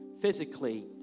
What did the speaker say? physically